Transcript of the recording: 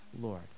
Lord